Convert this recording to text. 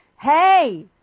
hey